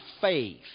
faith